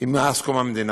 מאז קום המדינה,